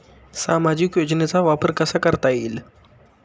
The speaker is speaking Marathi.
सामाजिक योजनेचा वापर कसा करता येईल?